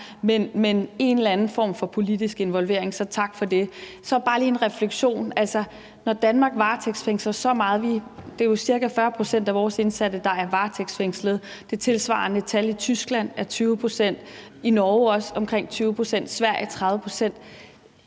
til en eller anden form for politisk involvering. Så tak for det. Så vil jeg bare gerne lige have en refleksion. Altså, når Danmark varetægtsfængsler så meget – det er ca. 40 pct. af vores indsatte, der er varetægtsfængslet; det tilsvarende tal i Tyskland er 20 pct., i Norge ligger det